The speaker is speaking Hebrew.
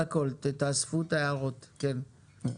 בבקשה.